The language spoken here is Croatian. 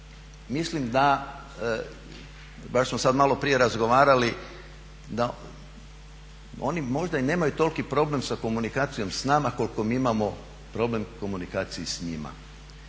mislim da, baš smo sada malo prije razgovarali da oni možda i nemaju toliki problem sa komunikacijom s nama koliko mi imamo problem u komunikaciji s njima.